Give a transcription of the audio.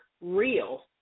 real